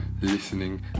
listening